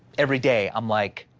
every day, i'm like,